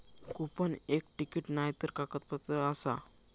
coupon एक ticket नायतर कागदपत्र आसा